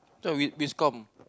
this one we we discount